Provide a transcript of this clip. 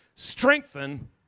Strengthen